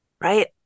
right